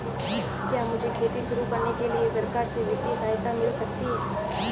क्या मुझे खेती शुरू करने के लिए सरकार से वित्तीय सहायता मिल सकती है?